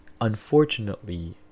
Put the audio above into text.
unfortunately